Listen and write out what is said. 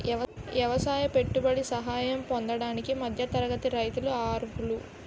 ఎవసాయ పెట్టుబడి సహాయం పొందడానికి మధ్య తరగతి రైతులు అర్హులు